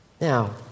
Now